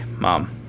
mom